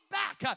back